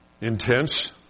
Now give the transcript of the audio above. intense